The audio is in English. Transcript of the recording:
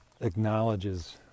acknowledges